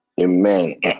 amen